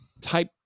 Type